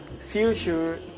future